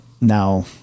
now